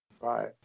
Right